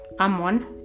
Ammon